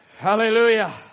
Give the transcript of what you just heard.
Hallelujah